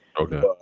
Okay